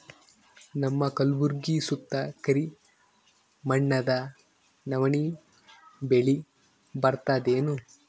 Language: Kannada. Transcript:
ನಮ್ಮ ಕಲ್ಬುರ್ಗಿ ಸುತ್ತ ಕರಿ ಮಣ್ಣದ ನವಣಿ ಬೇಳಿ ಬರ್ತದೇನು?